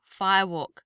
firewalk